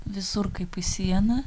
visur kaip į sieną